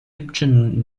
egyptian